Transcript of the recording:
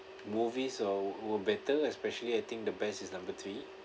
movies or were better especially I think the best is number three